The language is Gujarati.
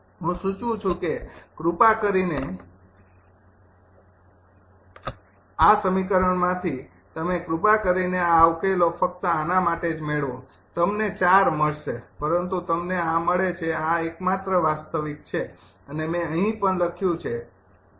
હું સુચવું છું કે કૃપા કરીને આ સમીકરણમાંથી તમે કૃપા કરીને આ ઉકેલો ફક્ત આના માટે જ મેળવો તમને ૪ મળશે પરંતુ તમને આ મળે છે આ એકમાત્ર વાસ્તવિક છે અને મેં અહીં પણ લખ્યું છે અહીં પણ લખ્યું છે